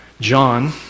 John